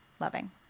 loving